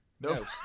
No